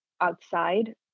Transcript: outside